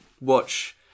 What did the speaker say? watch